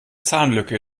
zahnlücke